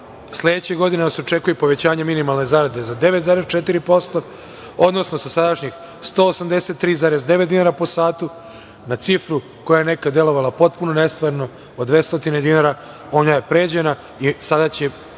sledeće godine očekuje nas povećanje i minimalne zarade za 9,4%, odnosno sa sadašnjih 183,9 dinara po satu na cifru koja je nekada delovala potpuno nestvarno, od 200 dinara. Ona je pređena i sada će